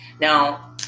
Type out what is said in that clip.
now